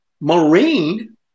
Marine